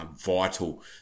vital